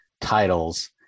titles